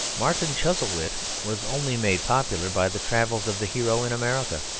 martin chuzzlewit was only made popular by the travels of the hero in america.